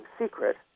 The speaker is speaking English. secret